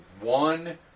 one